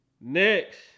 next